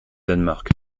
danemark